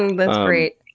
that's great.